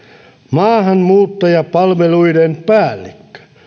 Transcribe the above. maahanmuuttajapalveluiden päällikkö